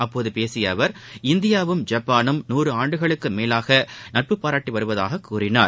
அப்போது பேசிய அவர் இந்தியாவும் ஜப்பானும் நூறு ஆண்டுகளுக்கும் மேலாக நட்ப பாராட்டியுள்ளதாக கூறினார்